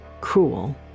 Cruel